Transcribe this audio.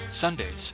Sundays